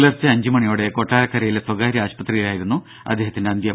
പുലർച്ചെ അഞ്ച് മണിയോടെ കൊട്ടാരക്കരയിലെ സ്വകാര്യ ആശുപത്രിയിലായിരുന്നു അദ്ദേഹത്തിന്റെ അന്ത്യം